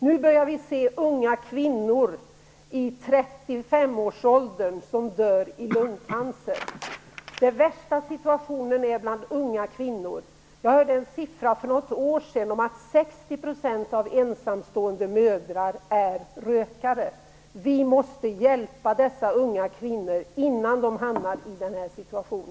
Vi börjar se unga kvinnor i 35-årsåldern som dör i lungcancer. Situationen är värst bland unga kvinnor. Jag hörde för något år sedan att 60 % av de ensamstående mödrarna är rökare. Vi måste hjälpa dessa unga kvinnor innan de hamnar i denna situation.